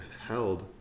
held